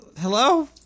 Hello